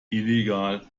illegal